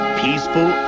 peaceful